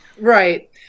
right